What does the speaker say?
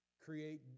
create